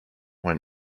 when